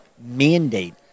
mandate